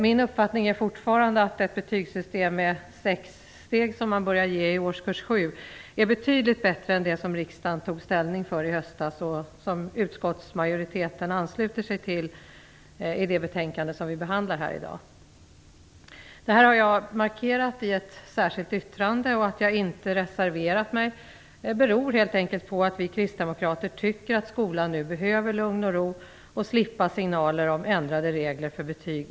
Min uppfattning är fortfarande att ett betygssystem med sex steg vilket påbörjas i årskurs 7 är betydligt bättre än det som riksdagen tog ställning för i höstas och som utskottsmajoriteten ansluter sig till i det betänkande som vi nu behandlar. Jag har markerat detta i ett särskilt yttrande. Att jag inte har reserverat mig beror helt enkelt på att vi kristdemokrater tycker att skolan nu behöver lugn och ro och skall slippa att återigen få signaler om ändrade regler för betyg.